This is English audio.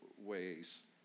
ways